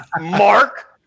Mark